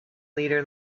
leader